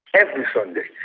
every sunday.